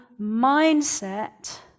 mindset